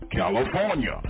California